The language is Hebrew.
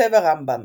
כותב הרמב"ם